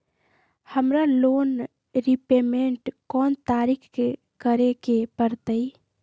हमरा loan repayment कोन तारीख के करे के परतई?